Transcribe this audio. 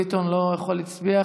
ביטון לא יכול להצביע,